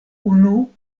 unu